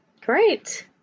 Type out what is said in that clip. great